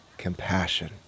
compassion